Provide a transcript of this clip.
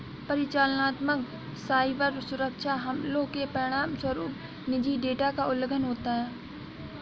परिचालनात्मक साइबर सुरक्षा हमलों के परिणामस्वरूप निजी डेटा का उल्लंघन होता है